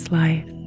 life